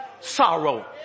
Sorrow